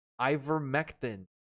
ivermectin